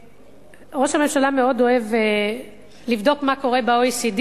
ראש הממשלה מאוד אוהב לבדוק מה קורה ב-OECD.